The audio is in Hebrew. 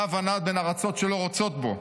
נע ונד בין ארצות שלא רוצות בו.